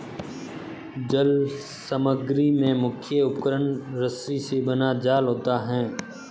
जल समग्री में मुख्य उपकरण रस्सी से बना जाल होता है